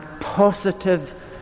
positive